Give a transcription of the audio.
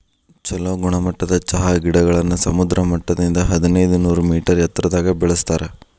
ಚೊಲೋ ಗುಣಮಟ್ಟದ ಚಹಾ ಗಿಡಗಳನ್ನ ಸಮುದ್ರ ಮಟ್ಟದಿಂದ ಹದಿನೈದನೂರ ಮೇಟರ್ ಎತ್ತರದಾಗ ಬೆಳೆಸ್ತಾರ